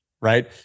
right